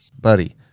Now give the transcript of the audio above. Buddy